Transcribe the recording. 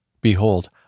Behold